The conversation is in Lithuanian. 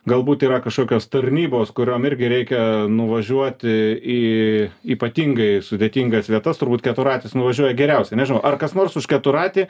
galbūt yra kažkokios tarnybos kuriom irgi reikia nuvažiuoti į ypatingai sudėtingas vietas turbūt keturratis nuvažiuoja geriausia nežinau ar kas nors už keturratį